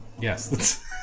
Yes